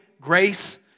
grace